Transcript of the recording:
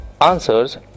answers